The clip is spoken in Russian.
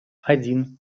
один